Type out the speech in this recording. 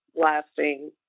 lasting